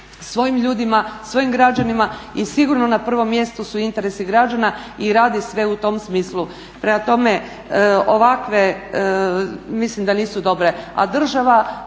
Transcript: svojim ljudima, svojim građanima i sigurno na prvom mjestu su interesi građana i radi sve u tom smislu. Prema tome, ovakve, mislim da nisu dobre.